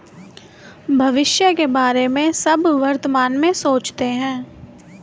भविष्य के बारे में सब वर्तमान में सोचते हैं